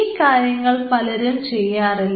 ഈ കാര്യങ്ങൾ പലരും ചെയ്യാറില്ല